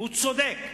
והוא צודק.